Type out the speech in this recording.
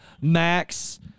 Max